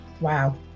Wow